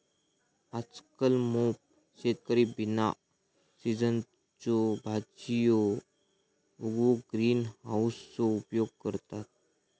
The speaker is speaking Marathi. आजकल मोप शेतकरी बिना सिझनच्यो भाजीयो उगवूक ग्रीन हाउसचो उपयोग करतत